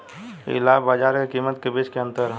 इ लाभ बाजार के कीमत के बीच के अंतर ह